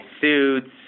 suits